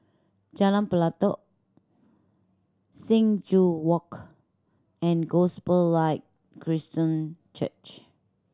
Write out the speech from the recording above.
Jalan Pelatok Sing Joo Walk and Gospel Light Christian Church